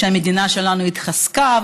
המדינה שלנו התחזקה,